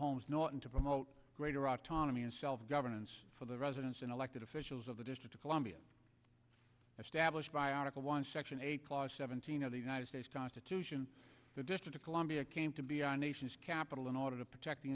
holmes norton to promote greater autonomy and self governance for the residents and elected officials of the district of columbia established by article one section eight clause seventeen of the united states constitution the district of columbia came to be our nation's capital in order to protect the